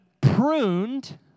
pruned